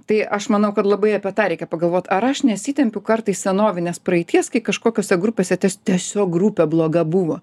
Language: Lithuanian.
tai aš manau kad labai apie tą reikia pagalvot ar aš nesitempiu kartais senovinės praeities kai kažkokiose grupėse tiesiog grupė bloga buvo